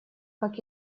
как